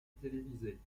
télévisée